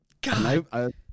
God